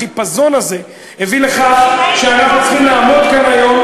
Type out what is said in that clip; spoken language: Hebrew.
החיפזון הזה הביא לכך שאנחנו צריכים לעמוד כאן היום